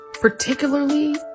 particularly